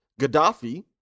Gaddafi